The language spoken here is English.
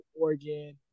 Oregon